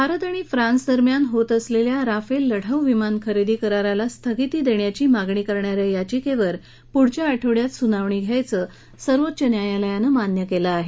भारत आणि फ्रान्स सरकारमध्ये होत असलेल्या राफेल लढाऊ विमान खरेदी कराराला स्थगिती देण्याची मागणी करणाऱ्या याचिकेवर पुढच्या आठवड्यात सुनावणी घ्यायचं सर्वोच्च न्यायालयानं मान्य केलं आहे